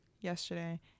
yesterday